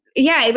yeah. but